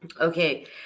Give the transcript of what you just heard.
Okay